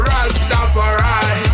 Rastafari